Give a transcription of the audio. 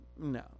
No